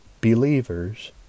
believers